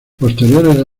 posteriores